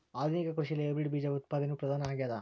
ಆಧುನಿಕ ಕೃಷಿಯಲ್ಲಿ ಹೈಬ್ರಿಡ್ ಬೇಜ ಉತ್ಪಾದನೆಯು ಪ್ರಧಾನ ಆಗ್ಯದ